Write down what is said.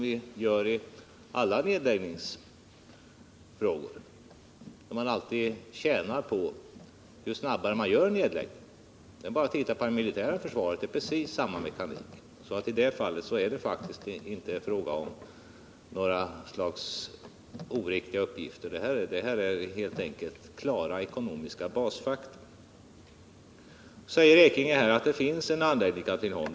I alla nedläggningsfrågor visar de ekonomiska kalkylerna, att ju snabbare man gör en nedläggning, desto mer tjänar man på det. Precis detsamma gäller för det militära försvaret. Det är faktiskt inte fråga om att lämna oriktiga uppgifter — det är helt enkelt klara ekonomiska fakta. Så säger Bernt Ekinge att nu finns det ju en anläggning i Katrineholm.